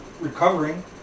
recovering